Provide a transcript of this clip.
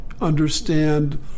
understand